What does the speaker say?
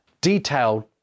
detailed